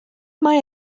mae